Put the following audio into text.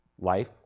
life